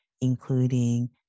including